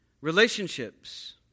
relationships